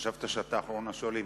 כשחשבת שאתה אחרון השואלים.